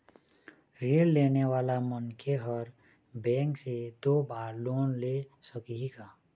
ऋण लेने वाला मनखे हर बैंक से दो बार लोन ले सकही का?